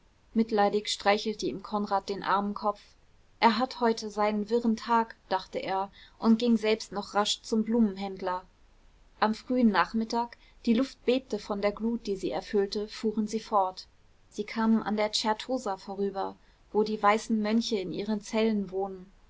mitleidig streichelte ihm konrad den armen kopf er hat heute seinen wirren tag dachte er und ging selbst noch rasch zum blumenhändler am frühen nachmittag die luft bebte von der glut die sie erfüllte fuhren sie fort sie kamen an der certosa vorüber wo die weißen mönche in ihren zellen wohnen